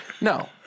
No